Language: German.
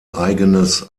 eigenes